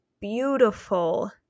beautiful